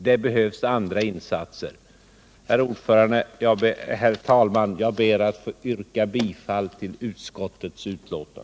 Det behövs andra insatser. Herr talman! Jag ber att få yrka bifall till utskottets hemställan.